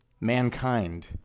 Mankind